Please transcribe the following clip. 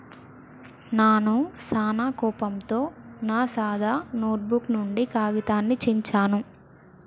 నాను సానా కోపంతో నా సాదా నోటుబుక్ నుండి కాగితాన్ని చించాను